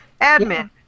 admin